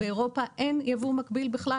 באירופה אין יבוא מקביל בכלל.